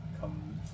come